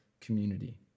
community